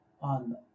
on